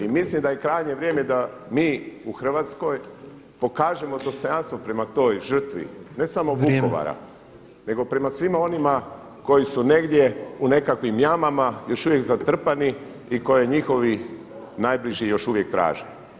I mislim da je krajnje vrijeme da mi u Hrvatskoj pokažemo dostojanstvo prema toj žrtvine samo Vukovara nego prema svima onima koji su negdje u nekakvim jamama, još uvijek zatrpani i koje njihovi najbliži još uvijek traže.